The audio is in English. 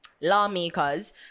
lawmakers